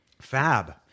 Fab